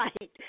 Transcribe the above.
Right